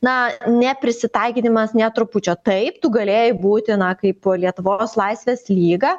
na neprisitaikydamas nė trupučio taip tu galėjai būti na kaip lietuvos laisvės lyga